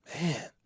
Man